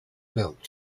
built